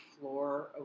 floor